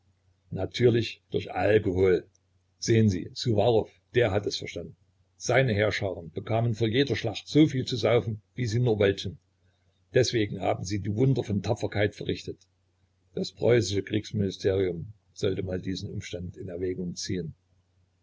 natürlich durch alkohol sehen sie suwarow der hat es verstanden seine heerscharen bekamen vor jeder schlacht soviel zu saufen wie viel sie nur wollten deswegen haben sie die wunder von tapferkeit verrichtet das preußische kriegsministerium sollte mal diesen umstand in erwägung ziehen